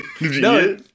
No